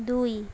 দুই